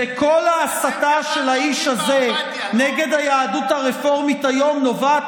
וכל ההסתה של האיש הזה נגד היהדות הרפורמית היום נובעת